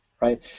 Right